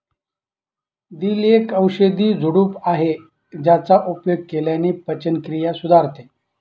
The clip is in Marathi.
दिल एक औषधी झुडूप आहे ज्याचा उपयोग केल्याने पचनक्रिया सुधारते